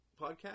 podcast